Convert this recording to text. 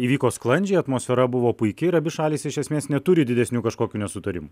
įvyko sklandžiai atmosfera buvo puiki ir abi šalys iš esmės neturi didesnių kažkokių nesutarimų